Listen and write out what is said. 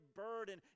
burden